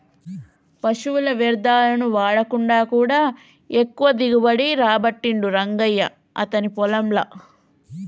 పశువుల వ్యర్ధాలను వాడకుండా కూడా ఎక్కువ దిగుబడి రాబట్టిండు రంగయ్య అతని పొలం ల